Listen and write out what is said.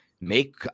make